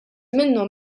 minnhom